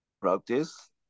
practice